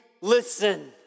listen